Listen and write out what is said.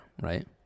right